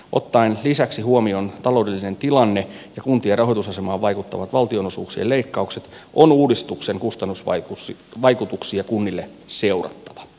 ottaen lisäksi huomioon taloudellinen tilanne ja kuntien rahoitusasemaan vaikuttavat valtionosuuksien leikkaukset on uudistuksen kustannusvaikutuksia kunnille seurattava